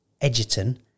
Edgerton